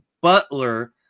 Butler